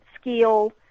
skill